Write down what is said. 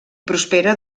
prospera